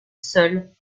seuls